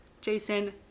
Jason